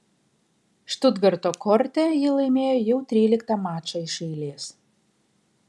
štutgarto korte ji laimėjo jau tryliktą mačą iš eilės